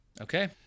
Okay